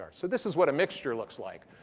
so this is what a mixture looks like.